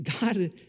God